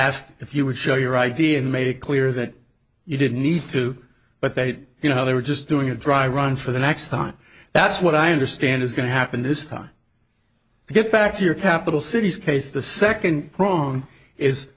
asked if you would show your id and made it clear that you didn't need to but they you know they were just doing a dry run for the next time that's what i understand is going to happen this time to get back to your capital cities case the second prong is